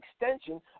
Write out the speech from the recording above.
extension